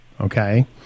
okay